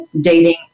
dating